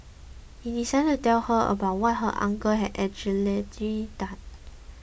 he decided to tell her about what her uncle had allegedly done